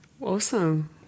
Awesome